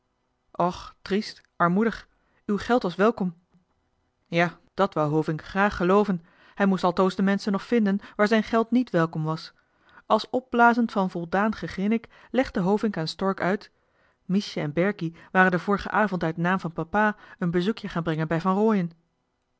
och triest armoedig uw geld was welkom ja dat wou hovink graag gelooven hij moest altoos de menschen nog vinden waar zijn geld niet welkom was als opblazend van voldaan gegrinnik legde hovink aan stork uit miesje en berkie waren den vorigen avond uit naam van papa een bezoekje gaan brengen bij van rooien